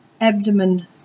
Abdomen